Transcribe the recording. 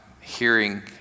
hearing